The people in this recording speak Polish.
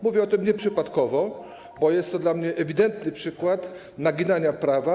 Mówię o tym nieprzypadkowo, bo jest to dla mnie ewidentny przykład naginania prawa.